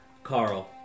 Carl